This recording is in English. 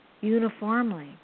uniformly